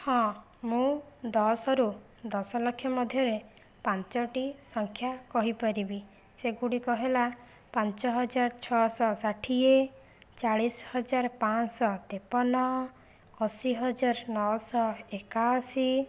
ହଁ ମୁଁ ଦଶରୁ ଦଶ ଲକ୍ଷ ମଧ୍ୟରେ ପାଞ୍ଚଟି ସଂଖ୍ୟା କହିପାରିବି ସେଗୁଡ଼ିକ ହେଲା ପାଞ୍ଚ ହଜାର ଛଅଶହ ଷାଠିଏ ଚାଳିଶ ହଜାର ପାଞ୍ଚଶହ ତେପନ ଅଶୀ ହଜାର ନଅଶହ ଏକାଅଶୀ